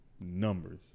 numbers